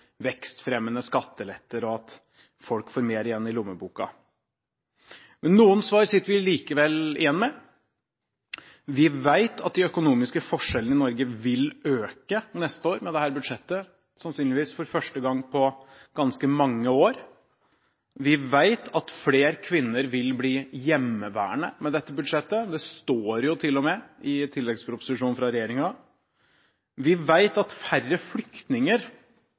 vekstfremmende skatteletter og at folk får mer igjen i lommeboken. Noen svar sitter vi likevel igjen med. Vi vet at de økonomiske forskjellene i Norge vil øke neste år med dette budsjettet – sannsynligvis for første gang på ganske mange år. Vi vet at flere kvinner vil bli hjemmeværende med dette budsjettet. Det står jo til og med i tilleggsproposisjonen fra regjeringen. Vi vet at færre flyktninger,